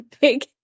big